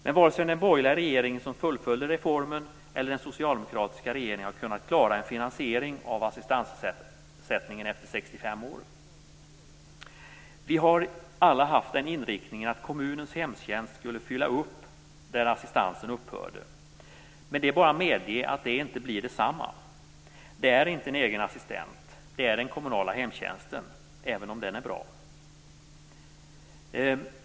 Men varken den borgerliga regeringen, som fullföljde reformen, eller den socialdemokratiska regeringen har kunnat klara en finansiering av assistansersättning efter 65 år. Vi har alla haft den inriktningen att kommunens hemtjänst skulle fylla upp där assistansen upphörde. Men det är bara att medge att det inte blir detsamma. Det är inte en egen assistent - det är den kommunala hemtjänsten, även om den är bra.